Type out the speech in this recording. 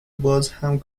بازهم